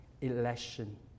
election